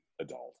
adult